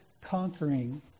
conquering